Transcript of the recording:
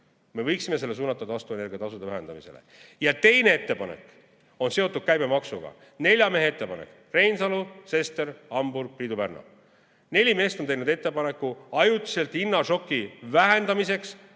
Me võiksime selle suunata taastuvenergia tasude vähendamisele. Teine ettepanek on seotud käibemaksuga. Nelja mehe ettepanek: Reinsalu, Sester, Hamburg ja Priidu Pärna. Neli meest on teinud ettepaneku ajutiselt hinnašoki vähendamiseks